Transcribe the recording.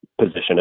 position